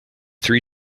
three